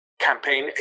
campaign